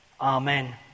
Amen